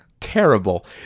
terrible